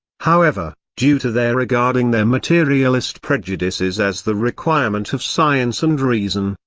however, due to their regarding their materialist prejudices as the requirement of science and reason,